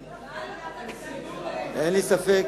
למה סדרי עבודה, אין לי ספק